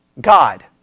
God